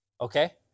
Okay